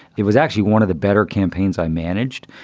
it was actually one of the better campaigns i managed.